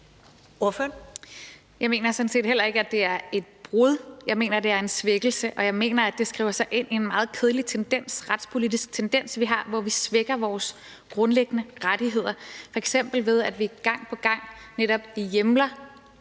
Jeg mener sådan set heller ikke, det er et brud; jeg mener, at det er en svækkelse, og jeg mener, at det skriver sig ind i en meget kedelig retspolitisk tendens, vi har, hvor vi svækker vores grundlæggende rettigheder, f.eks. ved at vi gang på gang netop hjemler